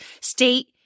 state